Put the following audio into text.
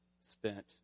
spent